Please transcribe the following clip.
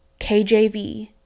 KJV